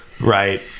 right